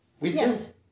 Yes